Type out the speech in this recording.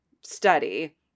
study